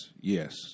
Yes